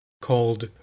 called